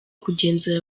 kugenzura